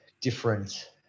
different